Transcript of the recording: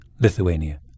Lithuania